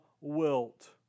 wilt